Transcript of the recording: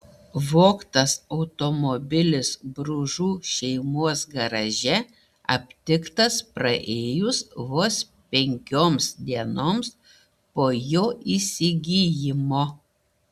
vogtas automobilis bružų šeimos garaže aptiktas praėjus vos penkioms dienoms po jo įsigijimo